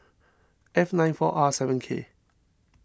F nine four R seven K